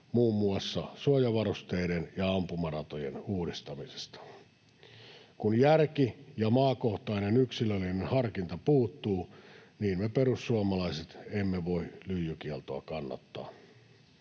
muun muassa suojavarusteiden ja ampumaratojen uudistamisesta. Kun järki ja maakohtainen yksilöllinen harkinta puuttuvat, niin me perussuomalaiset emme voi lyijykieltoa kannattaa.